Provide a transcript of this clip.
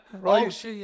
Right